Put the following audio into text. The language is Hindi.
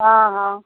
हाँ हाँ